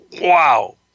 Wow